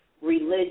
religion